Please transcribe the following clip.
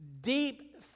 deep